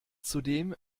zudem